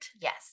Yes